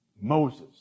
Moses